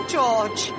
George